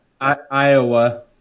Iowa